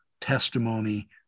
testimony